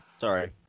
Sorry